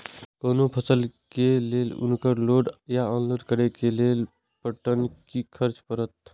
कोनो फसल के लेल उनकर लोड या अनलोड करे के लेल पर टन कि खर्च परत?